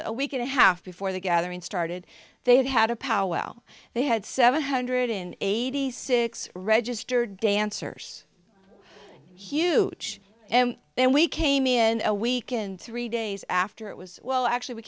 a week and a half before the gathering started they had had a power well they had seven hundred in eighty six registered dancers huge and then we came in a week and three days after it was well actually we